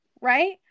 right